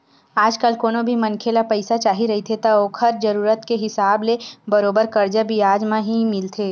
आजकल कोनो भी मनखे ल पइसा चाही रहिथे त ओखर जरुरत के हिसाब ले बरोबर करजा बियाज म ही मिलथे